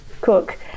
cook